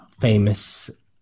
famous